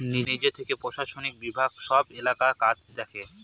নিজে থেকে প্রশাসনিক বিভাগ সব এলাকার কাজ দেখে